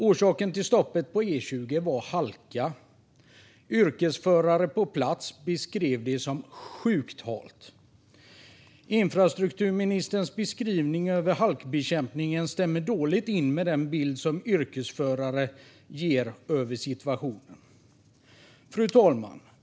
Orsaken till stoppet på E20 var halka. Yrkesförare på plats beskrev det som sjukt halt. Infrastrukturministerns beskrivning av halkbekämpningen stämmer dåligt överens med den bild som yrkesförare gav av situationen. Fru talman!